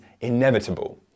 inevitable